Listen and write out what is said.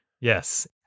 Yes